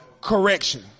Correction